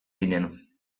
ginen